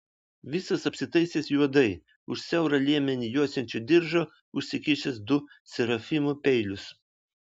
visas apsitaisęs juodai už siaurą liemenį juosiančio diržo užsikišęs du serafimų peilius